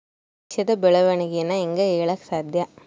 ದೇಶದ ಬೆಳೆವಣಿಗೆನ ಹೇಂಗೆ ಹೇಳಕ ಸಾಧ್ಯ?